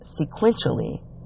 sequentially